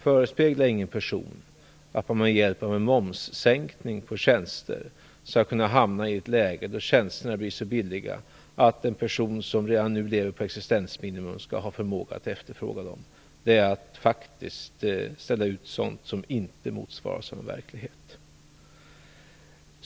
Förespegla ingen person att man med hjälp av en momssänkning på tjänster skall kunna hamna i ett läge där tjänsterna blir så billiga att en person som redan nu lever på existensminimum skall ha förmåga att efterfråga dem. Det är att faktiskt sända ut budskap som inte motsvaras av verkligheten.